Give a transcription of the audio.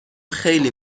خیلی